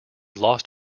lost